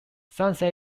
sunset